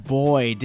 boy